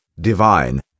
divine